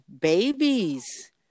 babies